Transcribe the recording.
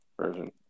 version